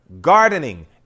gardening